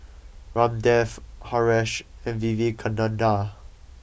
Ramdev Haresh and Vivekananda